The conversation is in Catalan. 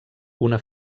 una